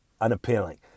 unappealing